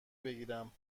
بگیرم